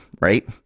right